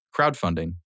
Crowdfunding